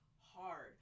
hard